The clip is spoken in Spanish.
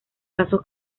casos